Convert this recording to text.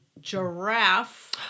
Giraffe